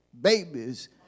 babies